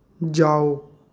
जाओ